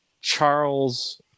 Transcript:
charles